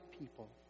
people